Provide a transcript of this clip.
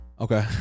Okay